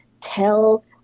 tell